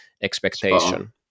expectation